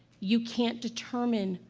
you can't determine